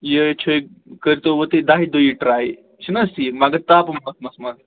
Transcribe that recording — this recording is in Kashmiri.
یہ چھُ کٔرۍتو وۄنۍ تُہۍ دَہہِ دۄہہِ یہِ ٹرٛاے چھُ نہٕ حظ ٹھیٖک مگر تاپہٕ موسمس منٛز